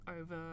over